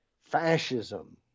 fascism